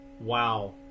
Wow